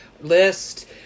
list